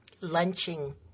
lunching